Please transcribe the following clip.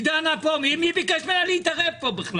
מי ביקש ממנה להתערב פה?